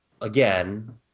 again